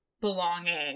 Belonging